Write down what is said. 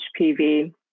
HPV